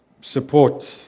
support